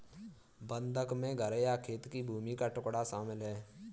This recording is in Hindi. बंधक में घर या खेत की भूमि का टुकड़ा शामिल है